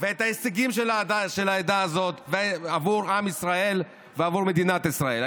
ואת ההישגים של העדה הזאת עבור עם ישראל ועבור מדינת ישראל.